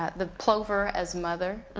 the plover as mother,